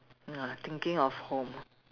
ya thinking of home